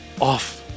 off